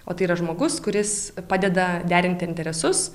o tai yra žmogus kuris padeda derinti interesus